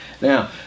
now